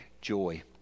joy